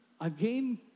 again